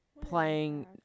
playing